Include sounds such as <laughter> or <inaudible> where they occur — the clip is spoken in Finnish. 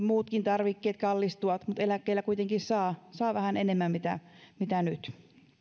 <unintelligible> muutkin tarvikkeet kallistuvat eläkkeellä kuitenkin saisi vähän enemmän kuin nyt